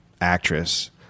actress